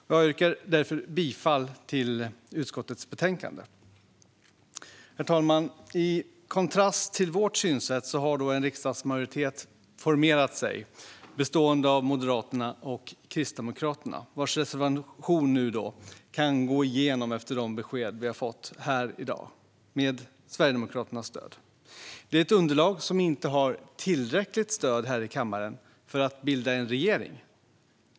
Jag yrkar därför bifall till utskottets förslag. Herr talman! I kontrast till vårt synsätt har det formerat sig en riksdagsmajoritet bestående av Moderaterna och Kristdemokraterna, vars reservation nu kan gå igenom med Sverigedemokraternas stöd efter de besked vi fått här i dag. Det är ett underlag som inte har tillräckligt stöd här i kammaren för att bilda en regering.